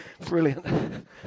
Brilliant